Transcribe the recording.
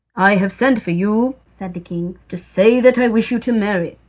i have sent for you, said the king, to say that i wish you to marry.